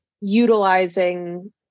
utilizing